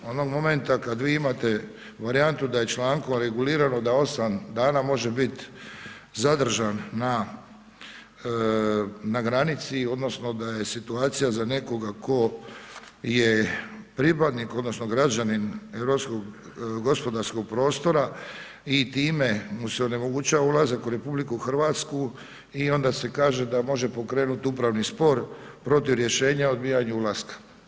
Onog momenta kad vi imate varijantu da je člankom regulirano da 8 dana može biti zadržan na granici, odnosno da je situacija za nekoga tko je pripadnik, odnosno građanin europskog gospodarskog prostora i time mu se onemogućava ulazak u RH i onda se kaže da može pokrenuti upravni spor protiv rješenja o odbijanju ulaska.